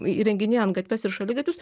įrenginėjant gatves ir šaligatvius